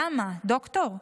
למה, דוקטור?